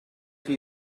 chi